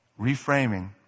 Reframing